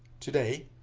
today,